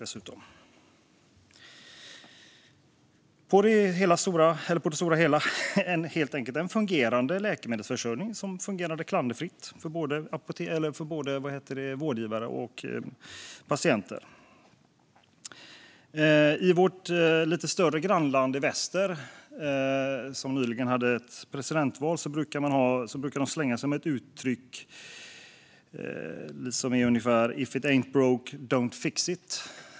Det var på det stora hela en läkemedelsförsörjning som fungerade klanderfritt för både vårdgivare och patienter. I det lite större landet i väster som nyligen hade ett presidentval brukar de slänga sig med uttrycket: If it ain ́t broke, don ́t fix it.